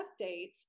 updates